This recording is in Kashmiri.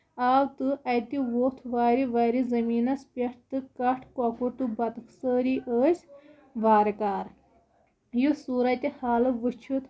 آو تہٕ اَتہِ وۄتھ وارِ وارِ زٔمیٖنَس پٮ۪ٹھ تہِ کَٹھ کۄکُر تہٕ بطُخ سٲری ٲسۍ وارٕ کارٕ یہِ صوٗرتِ حالہٕ وٕچھِتھ